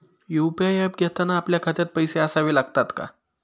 UPI app घेताना आपल्या खात्यात पैसे असावे लागतात का?